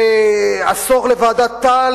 ועשור לוועדת-טל,